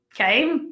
okay